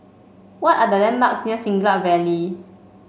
what are the landmarks near Siglap Valley